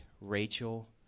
Rachel